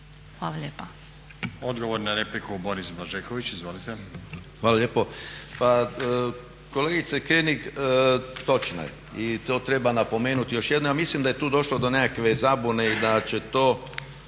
Blažeković. Izvolite. **Blažeković, Boris (HNS)** Hvala lijepo. Pa kolegice König točno je i to treba napomenuti još jednom. Ja mislim da je tu došlo do nekakve zabune i da će to